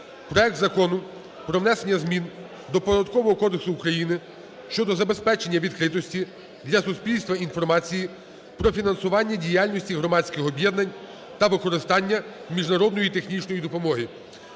Проект Закону про внесення змін до Податкового кодексу України щодо забезпечення відкритості для суспільства інформації про фінансування діяльності громадських об'єднань та використання міжнародної технічної допомоги.